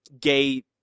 gay